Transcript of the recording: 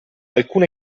alcune